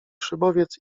szybowiec